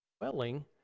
dwelling